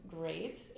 great